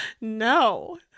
no